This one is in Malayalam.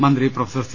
മന്ത്രി പ്രൊഫസർ സി